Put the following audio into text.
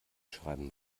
schreiben